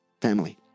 family